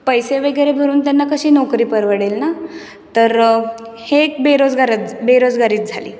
पैसे वगैरे भरून त्यांना कशी नोकरी परवडेल ना तर हे एक बेरोजगारच बेरोजगारीच झाली